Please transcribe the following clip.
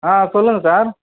ஆ சொல்லுங்கள் சார்